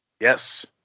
Yes